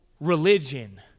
religion